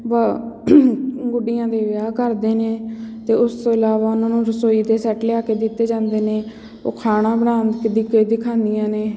ਵਾ ਗੁੱਡੀਆਂ ਦੇ ਵਿਆਹ ਕਰਦੇ ਨੇ ਅਤੇ ਉਸ ਤੋਂ ਇਲਾਵਾ ਉਹਨਾਂ ਨੂੰ ਰਸੋਈ ਦੇ ਸੈੱਟ ਲਿਆ ਕੇ ਦਿੱਤੇ ਜਾਂਦੇ ਨੇ ਉਹ ਖਾਣਾ ਬਣਾ ਕੇ ਦਿਖ ਦਿਖਾਉਂਦੀਆਂ ਨੇ